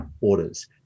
orders